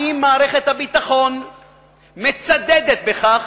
האם מערכת הביטחון מצדדת בכך